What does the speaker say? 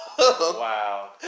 Wow